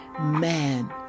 Man